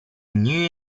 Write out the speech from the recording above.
new